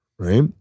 Right